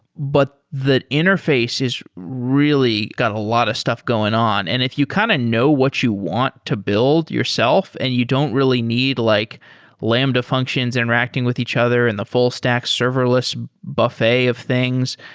but the interface has really got a lot of stuff going on. and if you kind of know what you want to build yourself and you don't really need like lambda functions interacting with each other and the full stack serverless buffet of things.